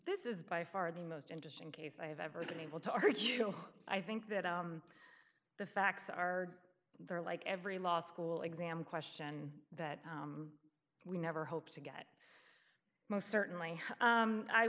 this is by far the most interesting case i have ever been able to argue i think that the facts are there like every law school exam question that we never hope to get most certainly